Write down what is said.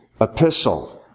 epistle